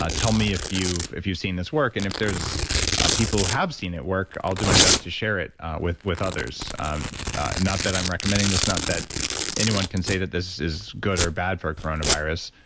ah tell me if you've if you've seen this work. and if there's people who have seen it work, i'll do my best to share it with with others, um not that i'm recommending this, not that anyone can say that this is good or bad for coronavirus.